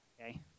okay